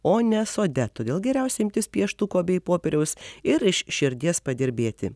o ne sode todėl geriausia imtis pieštuko bei popieriaus ir iš širdies padirbėti